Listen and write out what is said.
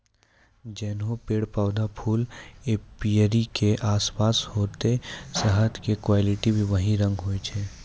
जैहनो पेड़, पौधा, फूल एपीयरी के आसपास होतै शहद के क्वालिटी भी वही रंग होय छै